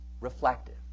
reflective